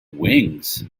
wings